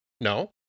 No